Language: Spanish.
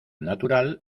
natural